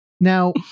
Now